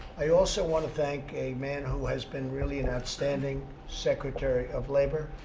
i also want to thank a man who has been really an outstanding secretary of labor,